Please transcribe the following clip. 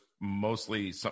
mostly